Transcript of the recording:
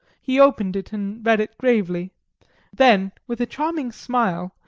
he opened it and read it gravely then, with a charming smile,